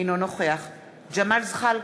אינו נוכח ג'מאל זחאלקה,